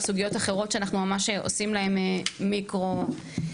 סוגיות אחרות שאנחנו ממש עושים להם פה Zoom in,